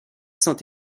saint